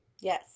Yes